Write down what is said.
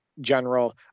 general